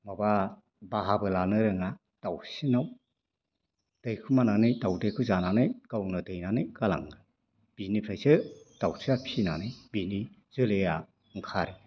माबा बाहाबो लानो रोङा दाउसिनाव फैखुमानानै दावदैखो जानानै गावना दैनानै गालाङो बेनिफ्रायसो दाउस्रिया फिसिनानै बेनि जोलैया ओंखारो